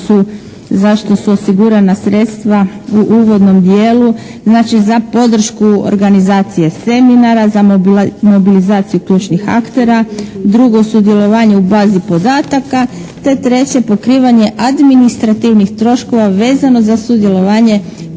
za što su osigurana sredstva u uvodnom dijelu. Znači, za podršku organizacije seminara, za mobilizaciju ključnih aktera. Drugo, sudjelovanje u bazi podataka, te treće pokrivanje administrativnih troškova vezano za sudjelovanje